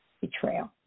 betrayal